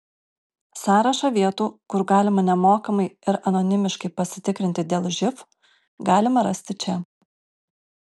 sąrašą vietų kur galima nemokamai ir anonimiškai pasitikrinti dėl živ galima rasti čia